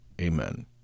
Amen